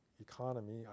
economy